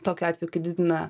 tokiu atveju didina